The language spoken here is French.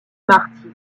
martine